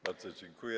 Bardzo dziękuję.